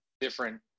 different